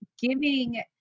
giving